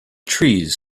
trees